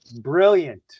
Brilliant